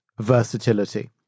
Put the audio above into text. versatility